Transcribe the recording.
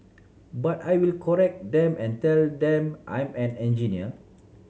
but I will correct them and tell them I'm an engineer